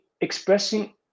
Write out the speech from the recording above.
expressing